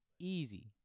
Easy